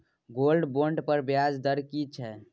Gold bond पर ब्याज दर की छै?